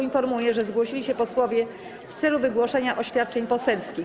Informuję, że zgłosili się posłowie w celu wygłoszenia oświadczeń poselskich.